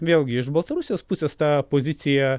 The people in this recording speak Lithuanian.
vėlgi iš baltarusijos pusės ta pozicija